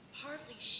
hardly